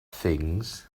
things